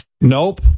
Nope